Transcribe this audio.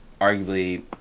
arguably